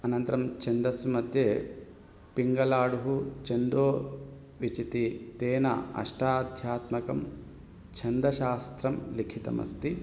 अनन्तरं छन्दस्मध्ये पिङगलाडुः छन्दोविचितेन अष्टाध्यात्मकं छन्दशास्त्रं लिखितमस्ति